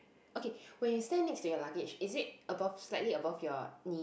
okay when you stand next to your luggage is it above slightly above your knee